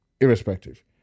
irrespective